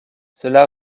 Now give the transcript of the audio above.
cela